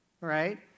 right